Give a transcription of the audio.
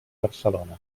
barcelona